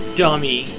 dummy